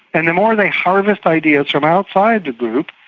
and the more they harvest ideas from outside the group,